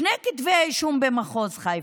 שני כתבי אישום במחוז חיפה.